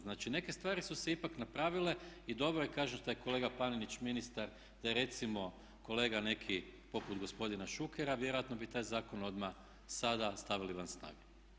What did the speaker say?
Znači, neke stvari su se ipak napravile i dobro je kaže taj kolega Panenić ministar da je recimo kolega neki poput gospodina Šukera vjerojatno bi taj zakon odmah sada stavili van snage.